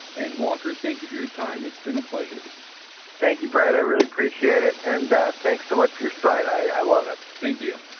and walker, thank you for your time. it's been a pleasure thank you, brett. i really appreciate it. and thanks so much for your site. i love it thank you.